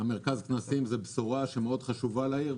מרכז הכנסים הוא בשורה מאוד חשובה לעיר אילת,